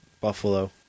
Buffalo